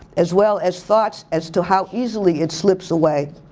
as well as thoughts as to how easily it slips away.